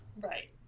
Right